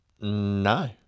no